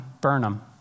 Burnham